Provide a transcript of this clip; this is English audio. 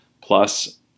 plus